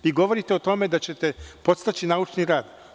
Vi govorite o tome da ćete podstaći naučni rad.